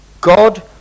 God